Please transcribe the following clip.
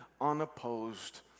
unopposed